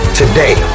today